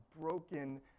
broken